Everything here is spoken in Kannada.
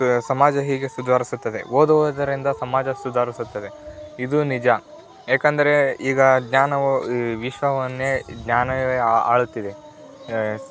ಸಮಾಜ ಹೇಗೆ ಸುಧಾರಿಸುತ್ತದೆ ಓದುವುದರಿಂದ ಸಮಾಜ ಸುಧಾರಿಸುತ್ತದೆ ಇದು ನಿಜ ಏಕೆಂದ್ರೆ ಈಗ ಜ್ಞಾನವು ವಿಶ್ವವನ್ನೇ ಜ್ಞಾನವೇ ಆಳುತ್ತಿದೆ